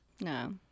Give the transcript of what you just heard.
No